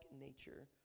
nature